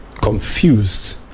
confused